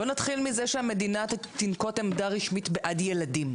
בוא נתחיל מזה שהמדינה תנקוט עמדה רשמית עד ילדים.